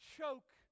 choke